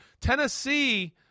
Tennessee